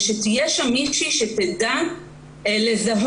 ושתהיה שם מישהי שתדע לזהות,